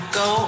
go